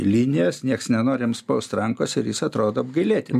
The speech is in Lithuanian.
linijas nieks nenori jam spaust rankos ir jis atrodo apgailėtinai